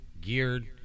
geared